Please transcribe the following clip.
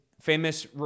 famous